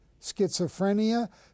schizophrenia